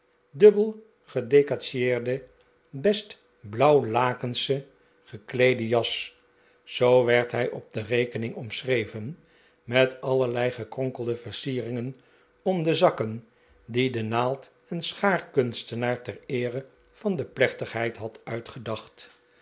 dubbel gedecatiseerde best blauwlakensche gekleede jas zoo werd hij op de rekening omschreven met allerlei gekrorikelde versierin gen om de zakken die de naald en schaarkunstenaar ter eere van de plechtigheid had uitgedacht